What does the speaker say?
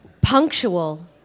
punctual